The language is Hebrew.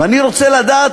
ואני רוצה לדעת,